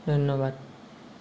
ধন্যবাদ